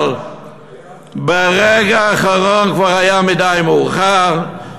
אבל ברגע האחרון היה כבר מאוחר מדי,